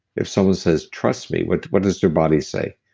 if someone says trust me, what what does their body say?